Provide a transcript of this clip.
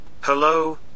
Hello